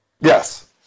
Yes